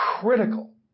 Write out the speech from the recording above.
critical